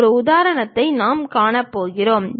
ஒரு உதாரணத்தை நாம் காணப்போகிறோம்